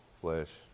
flesh